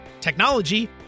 technology